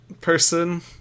person